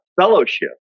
Fellowship